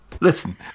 Listen